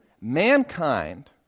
Mankind